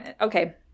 Okay